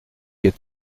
est